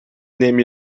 neem